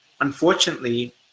unfortunately